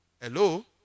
Hello